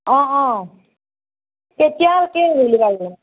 অঁ অঁ এতিয়াও একেই বোলো আৰু